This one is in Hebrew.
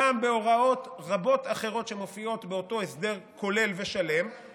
גם בהוראות רבות אחרות שמופיעות באותו הסדר כולל ושלם,